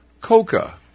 Coca